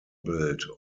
built